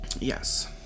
Yes